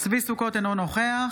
צבי ידידיה סוכות, אינו נוכח